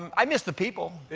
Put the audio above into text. um i miss the people.